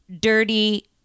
dirty